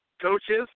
coaches